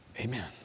Amen